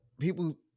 people